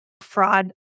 fraud